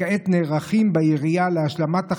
כעת נערכים בעירייה להשלמת החזון,